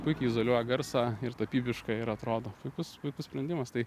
puikiai izoliuoja garsą ir tapybiška ir atrodo puikus puikus sprendimas tai